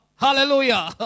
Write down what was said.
Hallelujah